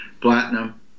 Platinum